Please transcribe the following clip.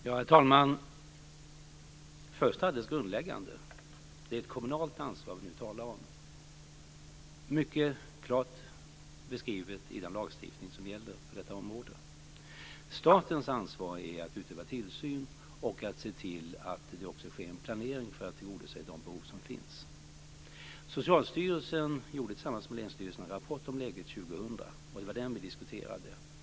Herr talman! Först ska jag ta upp något grundläggande. Det är ett kommunalt ansvar vi nu talar om. Det är mycket klart beskrivet i den lagstiftning som gäller på detta område. Statens ansvar är att utöva tillsyn och att se till att det också sker en planering för att man ska kunna tillgodose de behov som finns. Socialstyrelsen gjorde tillsammans med länsstyrelserna en rapport om läget 2000, och det var den som vi diskuterade.